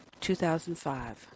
2005